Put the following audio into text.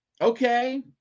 okay